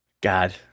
God